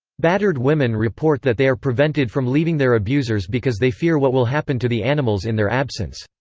battered women report that they are prevented from leaving their abusers because they fear what will happen to the animals in their absence.